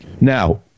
Now